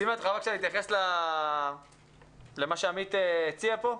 סימה, את יכולה בבקשה להתייחס למה שעמית הציע פה?